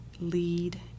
lead